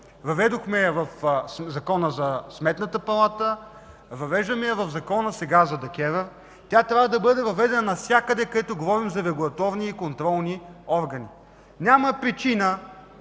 Въведохме я в Закона за Сметната палата, въвеждаме я сега в Закона за ДКЕВР. Тя трябва да бъде въведена навсякъде, където говорим за регулаторни и контролни органи. Няма причина